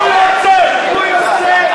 הוא יוצא, הוא יוצא.